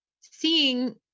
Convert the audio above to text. seeing